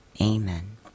Amen